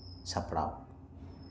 ᱥᱟᱯᱲᱟᱣ